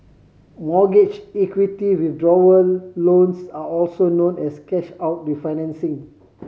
mortgage equity withdrawal loans are also known as cash out refinancing